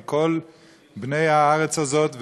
על כל בני הארץ הזאת,